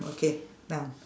okay done